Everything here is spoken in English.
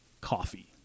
coffee